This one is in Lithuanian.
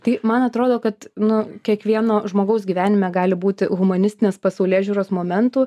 tai man atrodo kad nu kiekvieno žmogaus gyvenime gali būti humanistinės pasaulėžiūros momentų